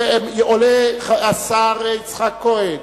עולה השר יצחק כהן